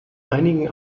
einigen